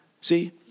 See